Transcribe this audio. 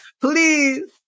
please